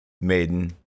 Maiden